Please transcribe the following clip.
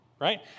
right